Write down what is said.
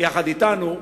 יחד אתנו.